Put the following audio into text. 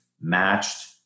matched